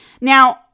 Now